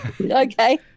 Okay